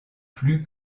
plus